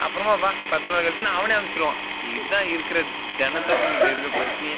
அப்புறமா வா பத்து நாள் கழிச்சின்னு அவனே வந்து அனுப்பிச்சிடுவான் இதான் இருக்கிற ஜெனத்தொகைகளுக்கு இருக்கிற பிரச்சனையே